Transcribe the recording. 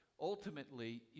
ultimately